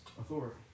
authority